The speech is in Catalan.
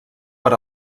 per